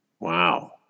Wow